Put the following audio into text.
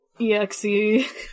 EXE